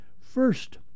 first